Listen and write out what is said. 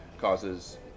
causes